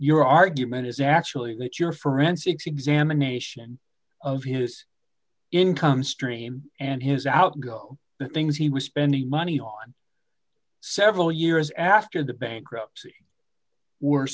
your argument is actually that your forensics examination of his income stream and his outgo the things he was spending money on several years after the bankruptcy were